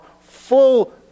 full